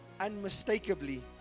unmistakably